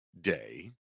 day